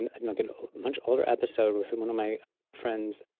and like you know much older episodes with and one of my friends,